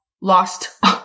lost